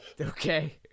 okay